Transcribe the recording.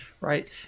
Right